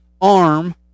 arm